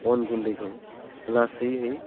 अन गुन्दैखौ लासैयै